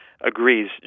agrees